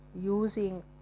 using